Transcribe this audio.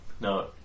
No